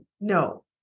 No